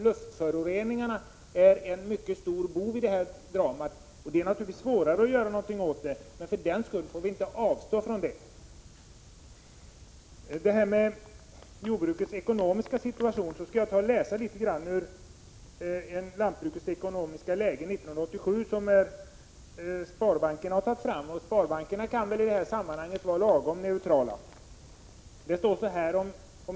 Luftföroreningarna är en mycket stor bov i det här dramat, och det är naturligtvis svårare att göra någonting åt dem, men för den skull får vi inte avstå från det. På tal om jordbrukets ekonomiska situation skall jag läsa litet grand ur skriften Lantbrukets ekonomiska läge 1987, som sparbankerna har tagit fram. Sparbankerna kan väl i det här sammanhanget vara lagom neutrala.